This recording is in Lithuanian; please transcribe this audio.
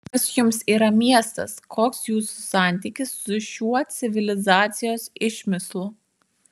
kas jums yra miestas koks jūsų santykis su šiuo civilizacijos išmislu